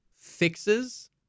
fixes